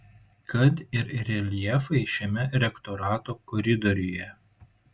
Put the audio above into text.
kad ir reljefai šiame rektorato koridoriuje